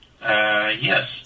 Yes